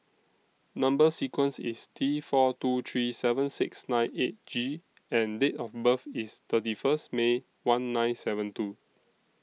Number sequence IS T four two three seven six nine eight G and Date of birth IS thirty First May one nine seven two